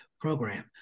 program